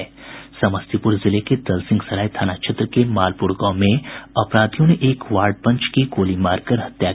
समस्तीपुर जिले के दलसिंहसराय थाना क्षेत्र के मालपुर गांव में अपराधियों ने एक वार्ड पंच की गोली मारकर हत्या कर दी